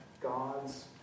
God's